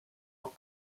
auch